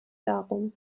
darum